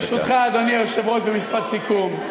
ברשותך, אדוני היושב-ראש, משפט סיכום.